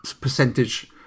percentage